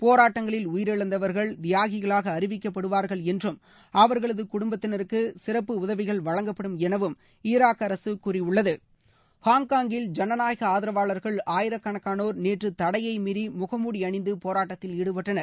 போராட்டங்களில் உயிரிழந்தவர்கள் தியாகிகளாக அறிவிக்கப்படுவார்கள் என்றும் அவர்களது குடும்பத்தினருக்கு சிறப்பு உதவிகள் வழங்கப்படும் எனவும் ஈராக் அரசு கூறியுள்ளது ஹாங்காங்கில் ஜனநாயக ஆதரவாளர்கள் ஆயிரக்கணக்கானோர் நேற்று தடையை மீறி முகமுடி அணிந்து போராட்டத்தில் ஈடுபட்டனர்